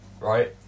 right